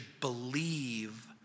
believe